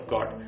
God